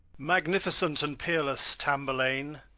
magnificent and peerless tamburlaine,